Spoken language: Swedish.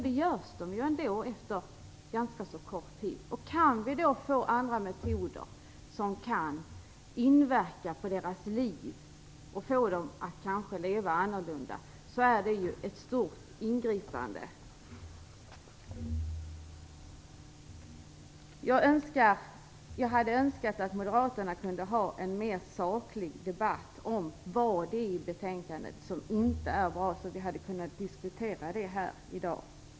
De släpps ju ändå efter en ganska kort tid. Får vi då andra metoder som kan inverka på deras liv och som kanske kan få dem att leva annorlunda är det ett stort ingripande. Jag hade önskat att Moderaterna kunde ha fört en mer saklig debatt om vad det är i betänkandet som inte är bra, så att vi hade kunnat diskutera det här i dag.